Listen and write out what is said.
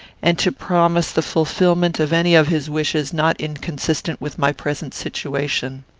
and to promise the fulfilment of any of his wishes not inconsistent with my present situation.